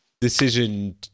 decision